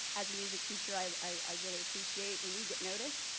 as a music teacher, i i really appreciate when we get noticed.